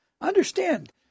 Understand